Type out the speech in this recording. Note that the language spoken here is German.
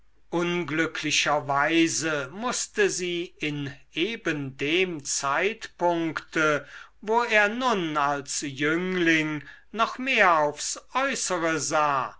unglücklicherweise mußte sie in eben dem zeitpunkte wo er nun als jüngling noch mehr aufs äußere sah